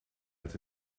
met